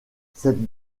cette